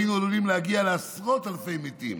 היינו עלולים להגיע לעשרות אלפי מתים,